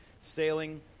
Sailing